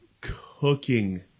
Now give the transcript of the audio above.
cooking